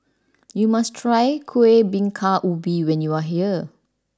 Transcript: you must try Kuih Bingka Ubi when you are here